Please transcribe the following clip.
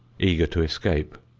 eager to escape.